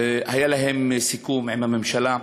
היה להם סיכום עם הממשלה,